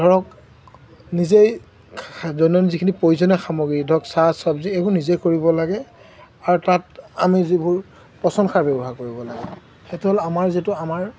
ধৰক নিজেই দৈনন্দিন যিখিনি প্ৰয়োজনীয় সামগ্ৰী ধৰক চাহ চবজি এইবোৰ নিজেই কৰিব লাগে আৰু তাত আমি যিবোৰ পচন সাৰ ব্যৱহাৰ কৰিব লাগে সেইটো হ'ল আমাৰ যিটো আমাৰ